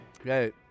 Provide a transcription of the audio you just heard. Okay